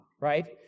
right